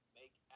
make